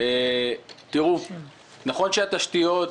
נכון שהתשתיות